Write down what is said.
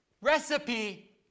recipe